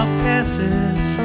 passes